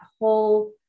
whole